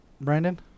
Brandon